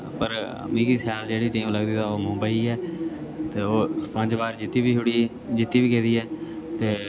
मिगी शैल जेह्ड़ी टीम लगदी तां ओह् मुंबई ऐ ते ओह् पंज बार जित्ती बी छुड़ी जित्ती बी गेदी ऐ